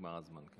נגמר הזמן.